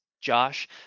Josh